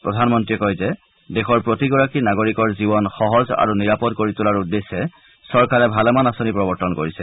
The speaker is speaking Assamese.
প্ৰধানমন্ত্ৰীয়ে কয় যে দেশৰ প্ৰতিগৰাকী নাগৰিকৰ জীৱন সহজ আৰু নিৰাপদ কৰি তোলাৰ উদ্দেশ্যে চৰকাৰে ভালেমান আঁচনি প্ৰৱৰ্তন কৰিছে